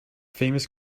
famous